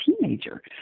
teenager